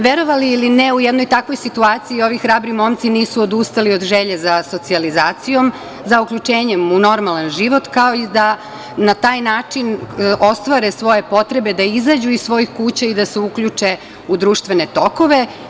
Verovali ili ne, u jednoj takvoj situaciji ovi hrabri momci nisu odustali od želje za socijalizacijom, za uključenjem u normalan život, kao i da na taj način ostvare svoje potrebe da izađu iz svojih kuća i da se uključe u društvene tokove.